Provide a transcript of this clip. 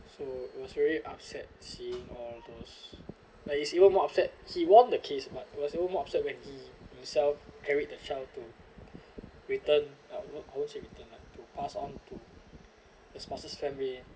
so it was very upset seeing all those like it's even more upset he won the case but it was even more upset when he himself carried the child to return I I won't say return lah to pass on to the spouse's family